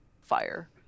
fire